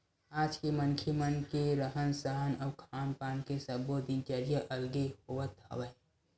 आज के मनखे मन के रहन सहन अउ खान पान के सब्बो दिनचरया अलगे होवत हवय